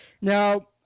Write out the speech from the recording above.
Now